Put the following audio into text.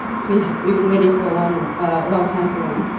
we've we've been waiting for a long long time for one.